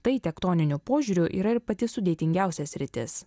tai tektoniniu požiūriu yra ir pati sudėtingiausia sritis